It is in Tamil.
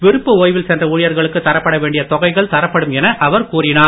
விருப்ப ஓய்வில் சென்ற ஊழியர்களுக்கு தரப்பட வேண்டிய தொகைகள் தரப்படும் என அவர் கூறினார்